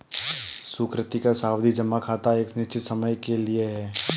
सुकृति का सावधि जमा खाता एक निश्चित समय के लिए है